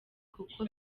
kuko